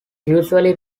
usually